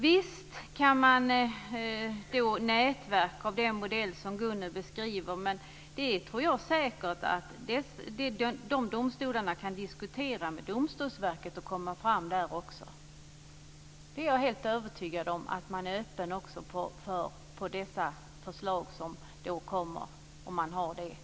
Visst kan man upprätta nätverk av den modell som Gunnel beskriver, men jag tror säkert att de aktuella domstolarna också kan diskutera med Domstolsverket och nå resultat på den vägen. Jag är helt övertygad om att man är öppen för förslag som då eventuellt kommer fram.